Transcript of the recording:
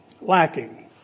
lacking